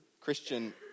Christian